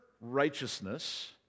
righteousness